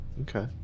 Okay